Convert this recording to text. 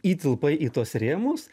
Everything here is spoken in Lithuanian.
įtilpai į tuos rėmus